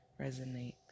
Resonate